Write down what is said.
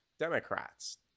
Democrats